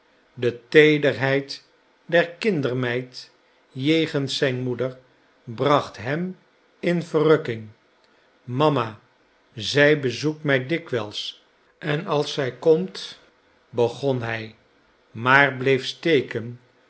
de teederheid der kindermeid jegens zijn moeder bracht hem in verrukking mama zij bezoekt mij dikwijls en als zij komt begon hij maar bleef steken